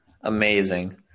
amazing